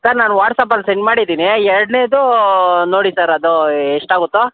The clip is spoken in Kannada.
ಸರ್ ನಾನು ವಾಟ್ಸಪಲ್ಲಿ ಸೆಂಡ್ ಮಾಡಿದ್ದೀನಿ ಎರಡನೇದು ನೋಡಿ ಸರ್ ಅದು ಎಷ್ಟಾಗುತ್ತೊ